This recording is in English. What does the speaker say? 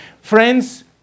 Friends